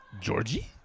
Georgie